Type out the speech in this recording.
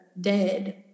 dead